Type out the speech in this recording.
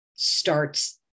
starts